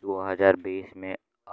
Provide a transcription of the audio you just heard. दू हज़ार बीस मे